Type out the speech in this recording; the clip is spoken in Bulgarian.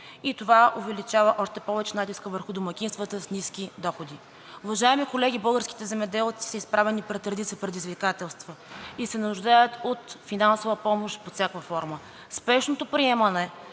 и това увеличава още повече натиска върху домакинствата с ниски доходи. Уважаеми колеги, българските земеделци са изправени пред редица предизвикателства и се нуждаят от финансова помощ под всякаква форма. Спешното приемане